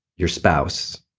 your spouse,